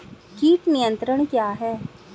कीट नियंत्रण क्या है?